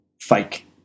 fake